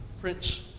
Prince